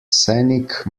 scenic